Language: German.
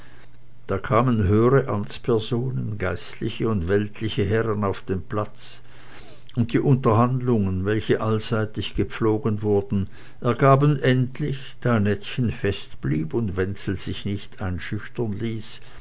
da kamen höhere amtspersonen geistliche und weltliche herren auf den platz und die unterhandlungen welche allseitig gepflogen wurden ergaben endlich da nettchen fest blieb und wenzel sich nicht einschüchtern ließ